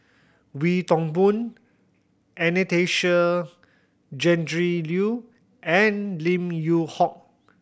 Wee Toon Boon Anastasia Tjendri Liew and Lim Yew Hock